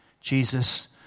Jesus